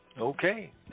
Okay